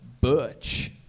butch